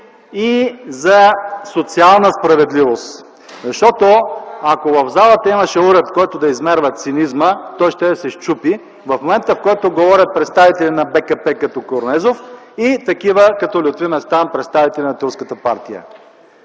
и за социална справедливост (реплики от КБ), защото ако в залата имаше уред, който да измерва цинизма, той щеше да се счупи в момента, в който говорят представители на БКП като Корнезов и такива като Лютви Местан – представители на турската партия.